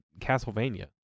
castlevania